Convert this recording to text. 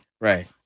Right